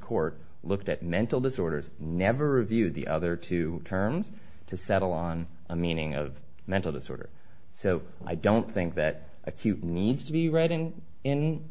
court looked at mental disorders never reviewed the other two terms to settle on a meaning of mental disorder so i don't think that acute needs to be writing in